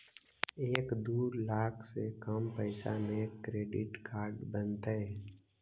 एक दू लाख से कम पैसा में क्रेडिट कार्ड बनतैय?